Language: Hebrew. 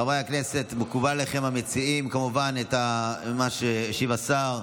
חברי הכנסת המציעים, מקובל עליכם מה שהשיב השר?